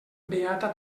beata